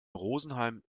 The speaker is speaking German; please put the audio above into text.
rosenheim